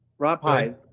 rob, hi,